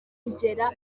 kugera